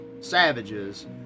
savages